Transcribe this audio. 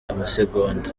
amasegonda